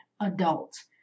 adults